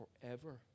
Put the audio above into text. forever